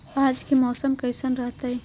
आज के मौसम कैसन रहताई?